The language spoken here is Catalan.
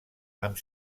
amb